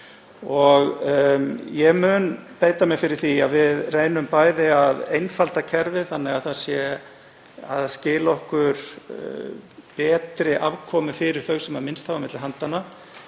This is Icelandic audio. Ég mun beita mér fyrir því að við reynum bæði að einfalda kerfið þannig að það skili betri afkomu fyrir þau sem minnst hafa á milli handanna